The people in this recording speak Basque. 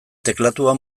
teklatua